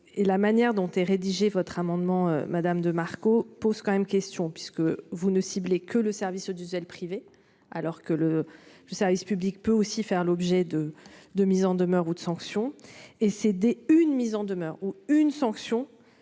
La manière dont est rédigé votre amendement, madame de Marco, pose quand même question puisque vous ne ciblez que le service audiovisuel privé alors que le service public peut aussi faire l'objet de mises en demeure ou de sanctions. C'est par ailleurs dès la première mise en demeure ou sanction